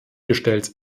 gestellt